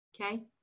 Okay